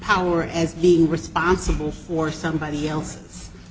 power as being responsible for somebody else